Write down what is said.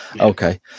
okay